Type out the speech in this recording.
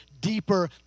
deeper